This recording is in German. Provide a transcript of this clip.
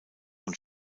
und